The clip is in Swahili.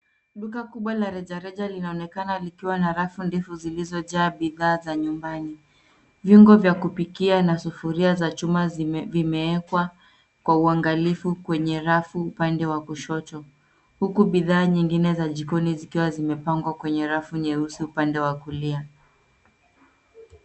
Duka kubwa la rejareja linaonekana likiwa na rafu ndefu zilizojaa bidhaa za nyumbani. Viungo vya kupikia na sufuria za chuma vimewekwa kwa uangalifu kwenye rafu upande wa kushoto huku bidhaa nyingine za jikoni zikiwa zimepangwa kwenye rafu nyeusi upande wa kulia.